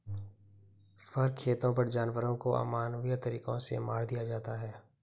फर खेतों पर जानवरों को अमानवीय तरीकों से मार दिया जाता है